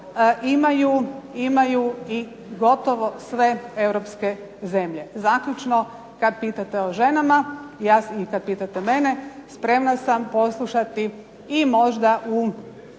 imaju gotovo sve europske zemlje. Zaključno, kada pitate o ženama i kada pitate mene, spremna sam poslušati i možda u